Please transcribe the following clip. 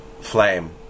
flame